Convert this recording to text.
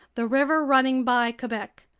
the river running by quebec,